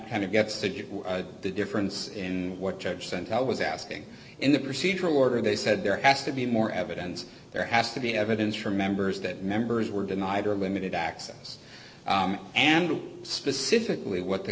kind of gets to the difference in what judge sent i was asking in the procedural order they said there has to be more evidence there has to be evidence from members that members were denied or limited access and specifically what the